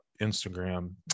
instagram